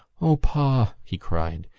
o, pa! he cried.